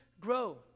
grow